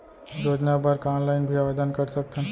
योजना बर का ऑनलाइन भी आवेदन कर सकथन?